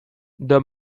the